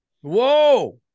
Whoa